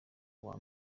uwa